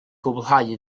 gwblhau